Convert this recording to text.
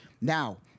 Now